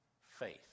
faith